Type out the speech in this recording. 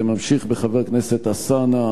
זה ממשיך בחבר הכנסת אלסאנע